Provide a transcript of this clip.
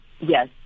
Yes